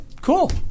Cool